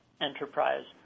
enterprise